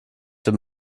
dem